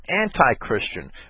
anti-Christian